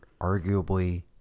arguably